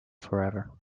forever